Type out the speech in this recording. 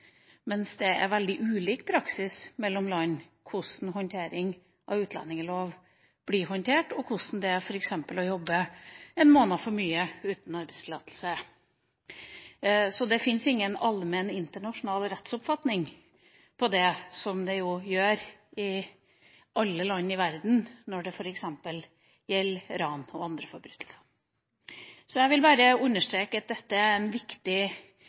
mens det er veldig ulik praksis mellom land med hensyn til hvordan en utlendingslov blir håndtert, og hvordan det f.eks. er å jobbe en måned for mye uten arbeidstillatelse. Det fins ingen allmenn internasjonal rettsoppfatning av dette, som det gjør i alle land i verden når det f.eks. gjelder ran og andre forbrytelser. Så jeg vil bare understreke at dette er en viktig